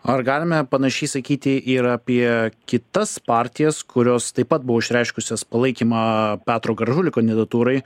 ar galime panašiai sakytiir apie kitas partijas kurios taip pat buvo išreiškusios palaikymą petro gražulio kandidatūrai